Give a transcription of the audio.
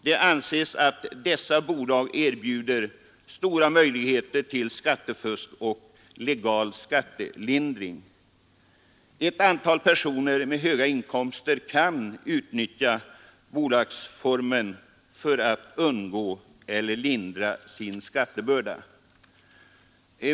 Det anses att dessa bolag erbjuder stora möjligheter till skattefusk och legal skattelindring. Ett antal personer med höga inkomster kan utnyttja bolagsformen för att undgå eller lindra sin skattebörda.